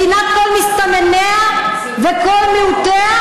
מדינת כל מסתנניה וכל מיעוטיה,